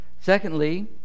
Secondly